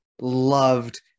loved